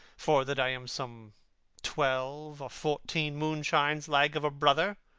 for that i am some twelve or fourteen moonshines lag of a brother?